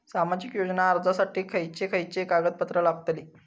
सामाजिक योजना अर्जासाठी खयचे खयचे कागदपत्रा लागतली?